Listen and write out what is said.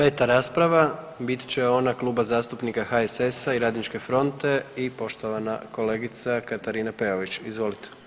5. rasprava bit će ona Kluba zastupnika HSS-a i Radničke fronte i poštovana kolegica Katarina Peović, izvolite.